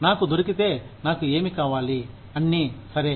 నాకు దొరికితే నాకు ఏమి కావాలి అన్ని సరే